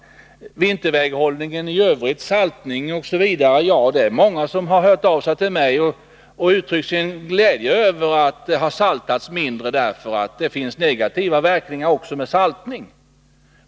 När det gäller vinterväghållningen i övrigt — saltning, osv. — är det många som har hört av sig till mig och uttryckt sin tillfredsställelse över att det har saltats mindre, för saltning har ju också negativa verkningar.